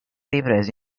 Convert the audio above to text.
ripreso